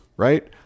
Right